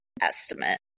estimate